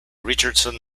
richardson